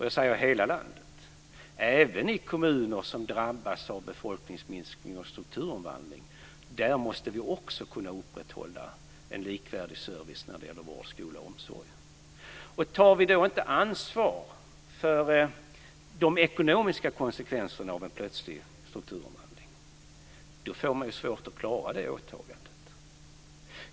Jag säger hela landet, för även i kommuner som drabbas av befolkningsminskning och strukturomvandling måste vi kunna upprätthålla en likvärdig service när det gäller vård, skola och omsorg. Tar vi då inte ansvar för de ekonomiska konsekvenserna av en plötslig strukturomvandling får vi svårt att klara det åtagandet.